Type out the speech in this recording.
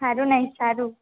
ସାରୁ ନାହିଁ ସାରୁ